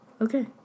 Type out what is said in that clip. Okay